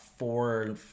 four